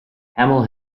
hamill